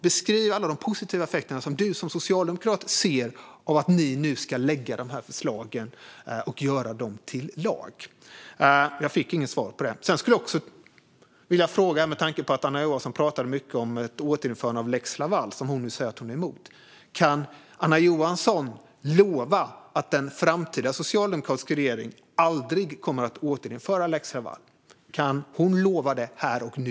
Beskriv alla de positiva effekter som du som socialdemokrat ser av att ni lägger fram dessa förslag och gör dem till lag. Anna Johansson pratade mycket om ett återinförande av lex Laval, vilket hon säger att hon är emot. Kan Anna Johansson lova att en framtida socialdemokratisk regering aldrig kommer att återinföra lex Laval? Kan hon lova detta här och nu?